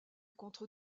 contre